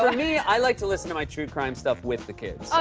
me, i like to listen to my true-crime stuff with the kids.